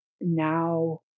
now